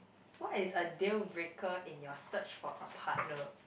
what is a deal breaker in your search for a partner